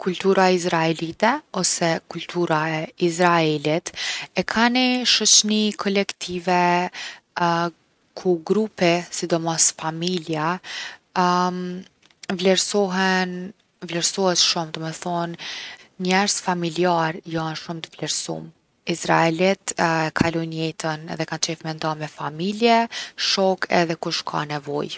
Munemi me thonë që kultura e Iranit ose kultura iraniane osht ni përzimje e kulturave para islamike edhe tash kulturave islamike. Persishja u kon e njoftun edhe u konsideru si gjuha e intelektualëve edhe gjuha e fesë edhe popullsisë para saj. Tash Irani osht forcë regjionale.